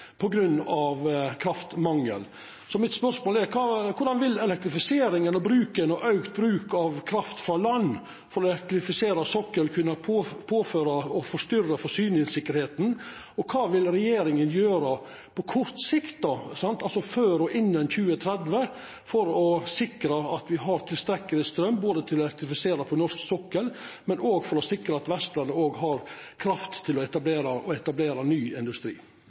kraftmangel. Spørsmålet mitt er: Korleis vil elektrifiseringa og auka bruk av kraft frå land for å elektrifisera sokkelen kunna påføra og forstyrra forsyningstryggleiken? Og kva vil regjeringa gjera på kort sikt – altså før og innan 2030 – for å sikra at me har tilstrekkeleg straum både til å elektrifisera den norske sokkelen og til å sikra at Vestlandet òg har kraft til å etablera ny industri?